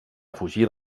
fugir